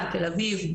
בתל אביב,